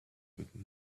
good